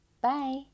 Bye